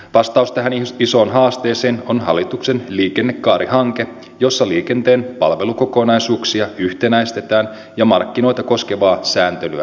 vastaus tähän isoon haasteeseen on hallituksen liikennekaarihanke jossa liikenteen palvelukokonaisuuksia yhtenäistetään ja markkinoita koskevaa sääntelyä puretaan